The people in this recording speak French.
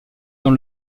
dans